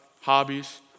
hobbies